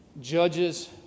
judges